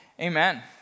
amen